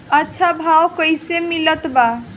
अच्छा भाव कैसे मिलत बा?